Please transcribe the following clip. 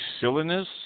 silliness